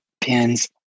pins